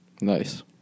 Nice